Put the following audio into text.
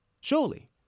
Surely